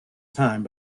time